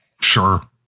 Sure